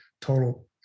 total